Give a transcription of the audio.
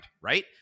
right